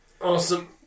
Awesome